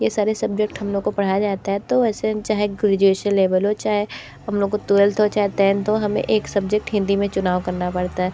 ये सारे सब्जेक्ट हम लोग को पढ़ाया जाता है तो वैसे हम चाहे ग्रेजुएशन लेवल हो चाहे हम लोग को ट्वेल्थ हो चाहे टेंथ हो हमें एक सब्जेक्ट हिंदी में चुनाव करना पड़ता है